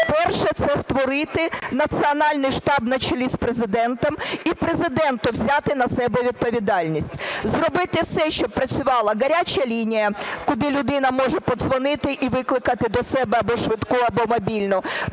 Перше – це створити національний штаб на чолі з Президентом і Президенту взяти на себе відповідальність. Зробити все, щоб працювала "гаряча лінія", куди людина може подзвонити і викликати до себе або швидку, або мобільну.